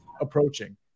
approaching